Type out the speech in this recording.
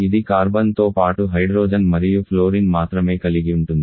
ఇది కార్బన్తో పాటు హైడ్రోజన్ మరియు ఫ్లోరిన్ మాత్రమే కలిగిఉంటుంది